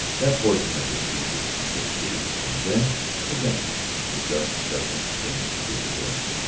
that portion of the street which she could see from her bench was empty, the dust settling, thinning, disappearing.